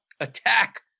attack